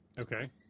Okay